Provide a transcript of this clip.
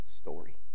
story